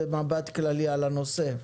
ובמבט כללי על הנושא?